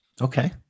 okay